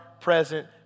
present